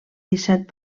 disset